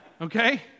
Okay